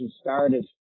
started